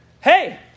Hey